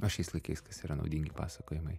o šiais laikais kas yra naudingi pasakojimai